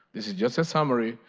this is just a summary.